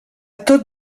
tot